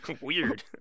Weird